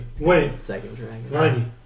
Wait